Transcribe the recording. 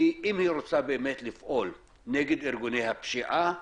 אם היא רוצה באמת לפעול נגד ארגוני השפיעה,